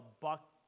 buck